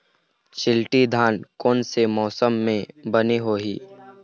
शिल्टी धान कोन से मौसम मे बने होही?